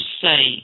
say